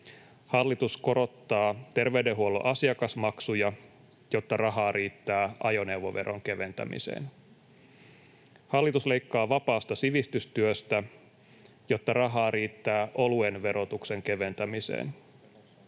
Hallitus korottaa terveydenhuollon asiakasmaksuja, jotta rahaa riittää ajoneuvoveron keventämiseen. Hallitus leikkaa vapaasta sivistystyöstä, jotta rahaa riittää oluen verotuksen keventämiseen.